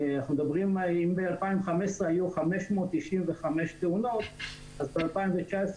אנחנו מדברים אם ב-2015 היו 595 תאונות אז ב-2019,